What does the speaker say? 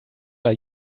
are